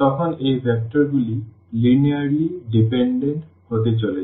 তখন এই ভেক্টরগুলি লিনিয়ারলি ডিপেন্ডেন্ট হতে চলেছে